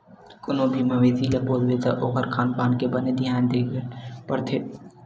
कोनो भी मवेसी ल पोसबे त ओखर खान पान के बने धियान देबर परथे